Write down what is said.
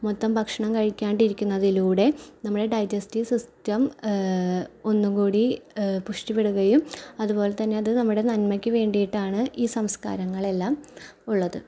മൊത്തം ഭക്ഷണം കഴിക്കാണ്ട് ഇരിക്കുന്നതിലൂടെ നമ്മുടെ ഡൈജസ്റ്റീവ് സിസ്റ്റം ഒന്ന് കൂടി പുഷ്ടിപ്പെടുകയും അതോപോലെ തന്നെ അത് നമ്മുടെ നന്മയ്ക്ക് വേണ്ടിയിട്ടാണ് ഈ സംസ്കാരങ്ങളെല്ലാം ഉള്ളത്